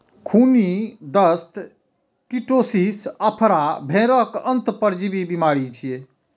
खूनी दस्त, कीटोसिस, आफरा भेड़क अंतः परजीवी बीमारी छियै